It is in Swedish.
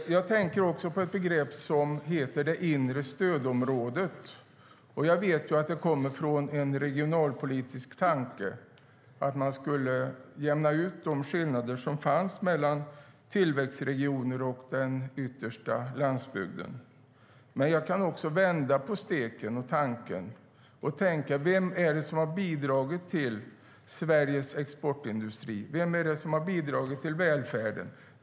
Jag tänker på ett begrepp som det inre stödområdet. Jag vet att det kommer från en regionalpolitisk tanke att man skulle jämna ut de skillnader som fanns mellan tillväxtregioner och den yttersta landsbygden. Jag kan också vända på steken och tanken. Vem är det som har bidragit till Sveriges exportindustri? Vem är det som har bidragit till välfärden?